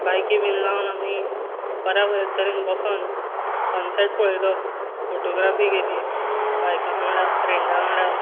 बायकी बी लावन आमी बऱ्या तरेन बसोन सनसॅट पळयलो फोटोग्राफी केली बायकां वांगडा फ्रेण्डा वांगडा